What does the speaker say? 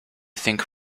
think